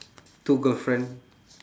two girlfriend